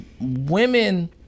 women